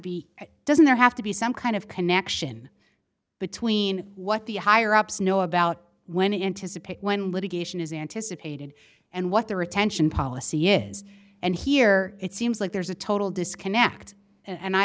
be doesn't there have to be some kind of connection between what the higher ups know about when it anticipate when litigation is anticipated and what the retention policy is and here it seems like there's a total disconnect and